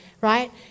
Right